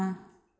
uh